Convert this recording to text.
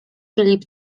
filip